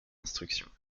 instructions